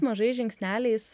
mažais žingsneliais